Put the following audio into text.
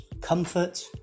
comfort